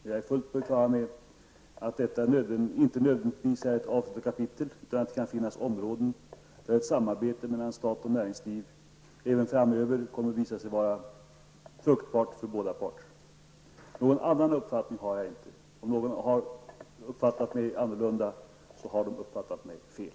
Jag är fullt på det klara med att detta inte nödvändigtvis är ett avslutat kapitel, utan att det kan finnas områden där ett samarbete mellan stat och näringsliv även framöver kommer att visa sig vara fruktbart för båda parter. Någon annan uppfattning har jag inte. Om någon har uppfattat mig annorlunda, har vederbörande uppfattat mig fel.